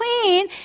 queen